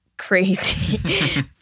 Crazy